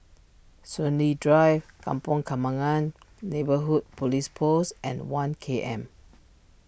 Soon Lee Drive Kampong Kembangan Neighbourhood Police Post and one K M